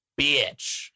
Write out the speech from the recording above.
Bitch